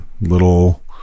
Little